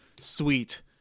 Sweet